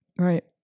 Right